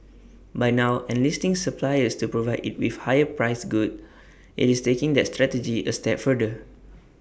by now enlisting suppliers to provide IT with higher priced goods IT is taking that strategy A step further